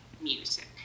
music